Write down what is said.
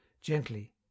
gently